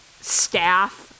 staff